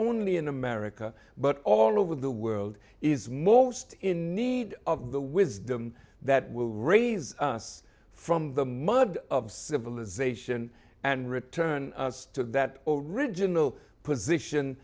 only in america but all over the world is most in need of the wisdom that will raise us from the mud of civilization and return to that original position